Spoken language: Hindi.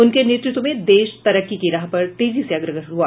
उनके नेतृत्व में देश तरक्की की राह पर तेजी से अग्रसर हुआ